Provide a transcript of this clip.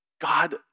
God